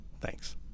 Thanks